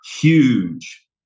Huge